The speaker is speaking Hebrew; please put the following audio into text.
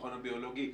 למכון הביולוגי,